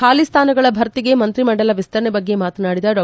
ಬಾಲಿ ಸ್ಥಾನಗಳ ಭರ್ತಿಗೆ ಮಂತ್ರಿ ಮಂಡಲ ವಿಸ್ತರಣೆ ಬಗ್ಗೆ ಮಾತನಾಡಿದ ಡಾ